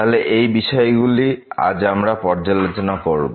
তাহলে এই বিষয়গুলি আজ আমরা পর্যালোচনা করব